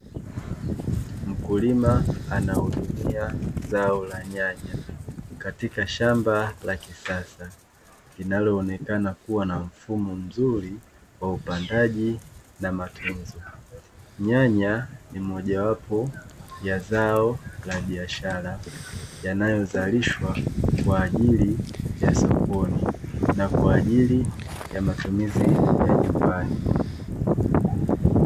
Mkulima anahudumia zao la nyanya, katika shamba la kisasa linaloonekana kuwa na mfumo mzuri wa upandaji na matunzo. Nyanya ni mojawapo wa zao la biashara, yanayozalishwa kwa ajili ya sokoni, na kwa ajili ya matumizi ya nyumbani.